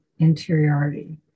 interiority